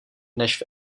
než